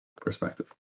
perspective